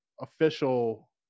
official